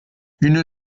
une